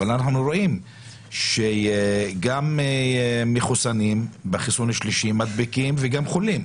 אבל אנחנו רואים שגם מחוסנים בחיסון השלישי מדביקים וגם חולים.